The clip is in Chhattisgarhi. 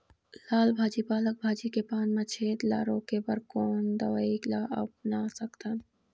लाल भाजी पालक भाजी के पान मा छेद ला रोके बर कोन दवई ला अपना सकथन?